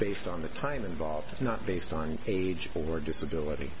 based on the time involved is not based on age or disability